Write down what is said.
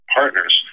partners